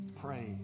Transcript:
pray